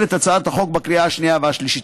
את הצעת החוק בקריאה השנייה והשלישית.